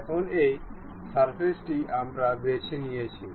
এখন এই সারফেসটি আমরা বেছে নিয়েছি